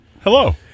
Hello